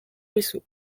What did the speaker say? ruisseau